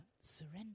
Surrender